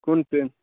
کون پین